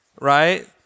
right